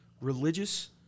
religious